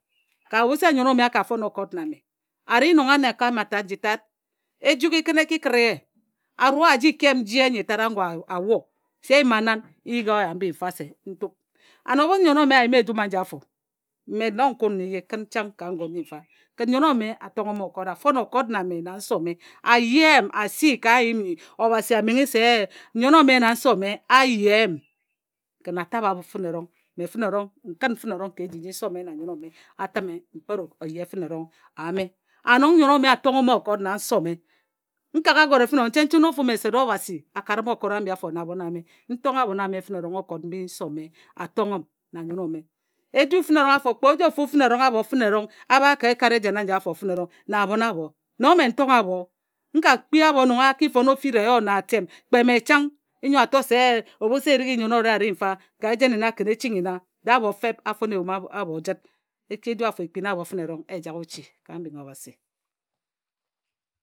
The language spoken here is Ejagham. Ebhu se nnyen ome a ka fon okot na mme a ri nong anakae mma ta nji tat ejughi kǝn e ki kǝt ye a rua a ji kep nje nyi tat ago a wo se n yima nan n yighi oyo mbi mfa se n tup an ebhu nnyen ome a yimi ejum aji afo mme nong n kun na eye kǝn chang ka ngun nyi mfa. Ken nnyen ome a tonghǝm m okot a fon okot na nse ome a ye m a si ka nyim nyi Obhasi a menghe se e nnyen ome na nse ome a yem kǝn a tabhe abho fǝne erong mme fǝne erong n kǝn fǝne erong ka eji nji nn yen ome na nse o me a tǝme n kpet o ye fǝne erong ame an nong nnyen ome a tonghe on okot na nse ome n kagha agore chenchen ofu m se de Obhasi a kare m okot ambi afo na abhon ame n tonghe abhon ame fǝne erong okot mbi nse ome a tonghe m na nnyen ome e du fǝne erong afo kpe ojofu fǝne erong a bha ka ekat ejen aji afo fǝne erong na abhon abho. Nong mme n tonghe abho n ka kpi abho a ki fon ofira eyo na atem kpe mme chang nnyo a to se e ebhu se erik nnyen owǝre a ri mfa ka ejen nna kǝn e ching nna dee abho feep a fon eyum abho jet e ki e du afo ekpin abho e jak ochi ka mbing Obhasi